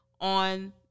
on